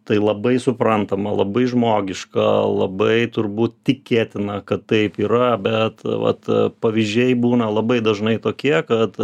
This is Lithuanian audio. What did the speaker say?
tai labai suprantama labai žmogiška labai turbūt tikėtina kad taip yra bet vat pavyzdžiai būna labai dažnai tokie kad